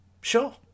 Sure